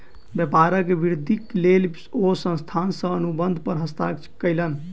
व्यापारक वृद्धिक लेल ओ संस्थान सॅ अनुबंध पर हस्ताक्षर कयलैन